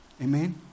Amen